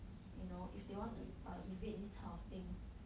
you know if they want to uh evade this kind of things